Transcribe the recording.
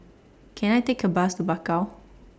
Can I Take A Bus to Bakau